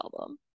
album